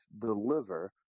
deliver